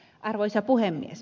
arvoisa puhemies